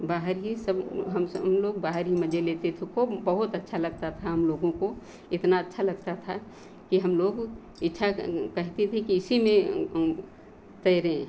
बाहर ही सब हम स हम लोग बाहर ही मज़े लेते थू खूब बहुत अच्छा लगता था हम लोगों को इतना अच्छा लगता था कि हम लोग इच्छा कं कहकर भी कि इसी में तैरें